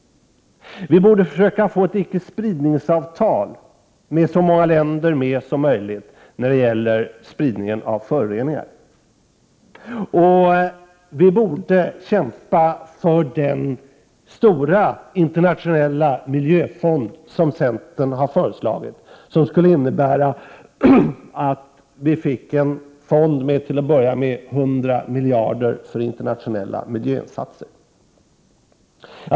Vi borde försöka få ett icke-spridningsavtal med så många länder som möjligt när det gäller spridningen av föroreningar. Och vi borde kämpa för den stora internationella miljöfond som centern har föreslagit och som skulle innebära att vi fick en fond med till att börja med 100 miljarder för internationella miljöinsatser.